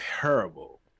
terrible